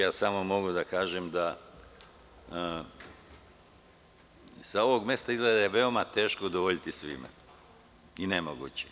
Mogu samo da kažem, sa ovog mesta izgleda je veoma teško udovoljiti svima i nemoguće.